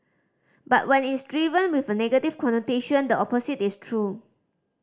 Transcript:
but when it's driven with a negative connotation the opposite is true